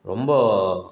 ரொம்ப